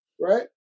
right